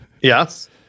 Yes